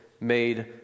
made